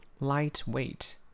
Lightweight